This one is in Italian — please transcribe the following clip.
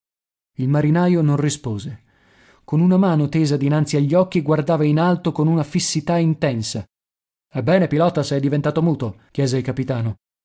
il marinaio non rispose con una mano tesa dinanzi agli occhi guardava in alto con una fissità intensa ebbene pilota sei diventato muto chiese il capitano